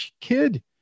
kid